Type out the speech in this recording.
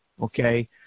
okay